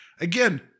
again